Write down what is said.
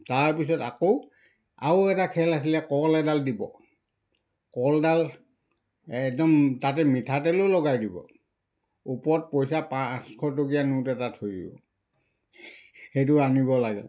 তাৰপিছত আকৌ আৰু এটা খেল আছিলে কল এডাল দিব কলডাল একদম তাতে মিঠাতেলো লগাই দিব ওপৰত পইচা পাঁচশ টকীয়া নোট এটা থৈ দিব সেইটো আনিব লাগে